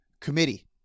committee